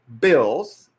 Bills